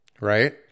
right